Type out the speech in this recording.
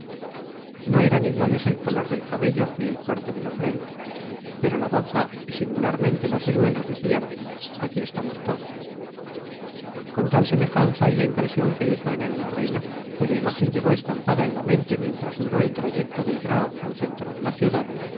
no eran iguales el color del cabello ni el corte de la frente pero la boca y singularmente los hoyuelos decían aquí estamos todos con tal semejanza y la impresión que hizo en él la reina cuya imagen llevó estampada en la mente mientras duró el trayecto del grao al centro de la ciudad